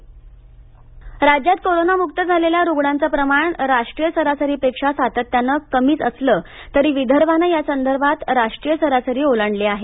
Vidarbha corona राज्यात कोरोनामुक्त झालेल्या रुग्णांचं प्रमाण राष्ट्रीय सरासरी पेक्षा सातत्यानं कमीच असलं तरी विदर्भानं या संदर्भात राष्ट्रीय सरासरी ओलांडली आहे